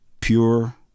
pure